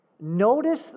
Notice